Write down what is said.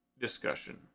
discussion